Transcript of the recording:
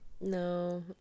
no